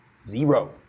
zero